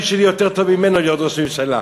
שלי יותר טוב משלו להיות ראש הממשלה.